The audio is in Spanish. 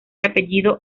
apellido